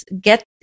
get